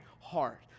heart